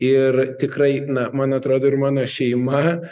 ir tikrai na man atrodo ir mano šeima